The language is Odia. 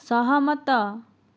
ସହମତ